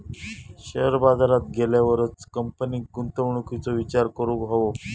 share बाजारात गेल्यावरच कंपनीन गुंतवणुकीचो विचार करूक हवो